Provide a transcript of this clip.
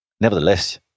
nevertheless